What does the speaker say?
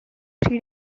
three